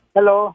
Hello